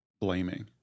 blaming